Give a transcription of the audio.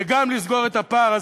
וגם לסגור את הפער?